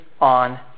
on